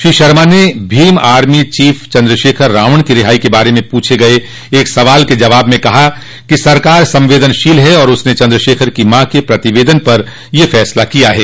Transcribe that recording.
श्री शर्मा ने Bhim army chief Chandrashekhar Ravan की रिहाई के बारे में पूछे गये एक सवाल के जवाब में कहा कि सरकार संवेदनशील है तथा उसने चन्द्रशेखर की माँ के प्रतिवेदन पर यह फैसला किया है